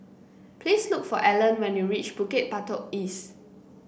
please look for Allan when you reach Bukit Batok East